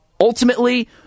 ultimately